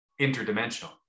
interdimensional